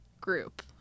group